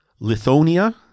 Lithonia